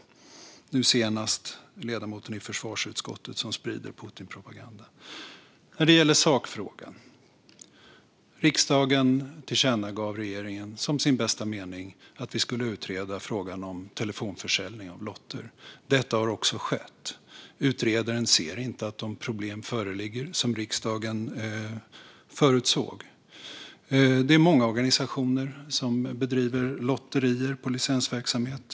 Det senaste gällde ledamoten i försvarsutskottet som sprider Putinpropaganda. När det gäller sakfrågan tillkännagav riksdagen för regeringen, som sin bästa mening, att regeringen skulle utreda frågan om telefonförsäljning av lotter. Detta har också skett. Utredaren ser inte att de problem föreligger som riksdagen förutsåg. Det är många organisationer som bedriver lotterier som licensverksamhet.